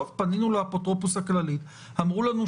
שבו הוא מגיע לאפוטרופוס הכללי ומכניס